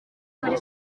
muri